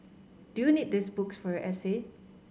do you need these books for your essay